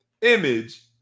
image